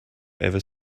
ever